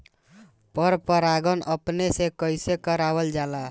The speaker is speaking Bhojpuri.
पर परागण अपने से कइसे करावल जाला?